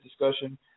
discussion